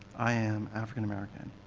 i am african american.